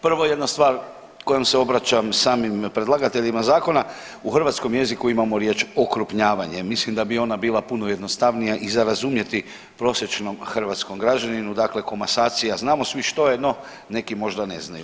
Prvo jedna stvar kojom se obraćam samim predlagateljima zakona, u hrvatskom jeziku imamo riječ okrupnjavanje mislim da bi ona bila puno jednostavnija i za razumjeti prosječnom hrvatskom građaninu, dakle komasacija znamo svi što je, no neki možda ne znaju.